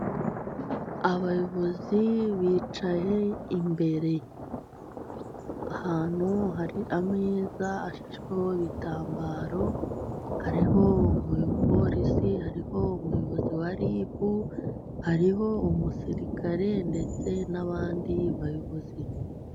Abayobozi bicaye imbere, ahantu hari ameza ashasheho ibitambaro, hariho umupolisi, hariho umuyobozi wa ribu, hariho umusirikare ndetse n'abandi bayobozi.